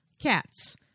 Cats